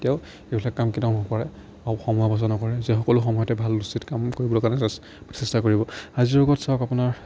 কেতিয়াও এইবিলাক কাম কেতিয়াও নকৰে আৰু সময় অপচয় নকৰে যে সকলো সময়তে ভাল উচিত কাম কৰিবলৈ কাৰণে চেষ্টা কৰিব আজিৰ যুগত চাওক আপোনাৰ